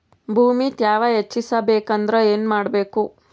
ಭೂಮಿ ತ್ಯಾವ ಹೆಚ್ಚೆಸಬೇಕಂದ್ರ ಏನು ಮಾಡ್ಬೇಕು?